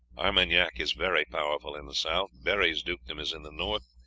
armagnac is very powerful in the south, berri's dukedom is in the north,